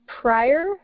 prior